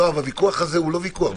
יואב, הוויכוח הזה הוא לא ויכוח בינינו.